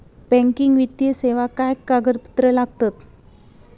Banking वित्तीय सेवाक काय कागदपत्र लागतत?